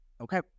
Okay